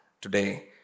today